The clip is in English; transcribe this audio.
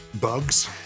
Bugs